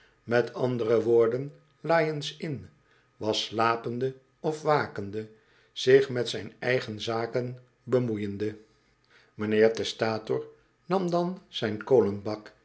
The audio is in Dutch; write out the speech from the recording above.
met andere woorden lyons inn was slapende of wakende zich met zijn eigen zaken bemoeiende mijnheer testator nam dan zijn